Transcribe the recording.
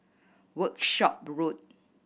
Workshop Road